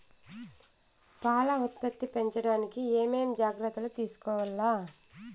పాల ఉత్పత్తి పెంచడానికి ఏమేం జాగ్రత్తలు తీసుకోవల్ల?